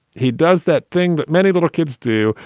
he does that thing that many little kids do.